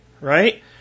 right